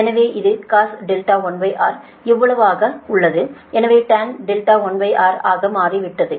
எனவே இது Cos R1 இவ்வளவு ஆகி உள்ளது எனவே tan R1 ஆகி உள்ளது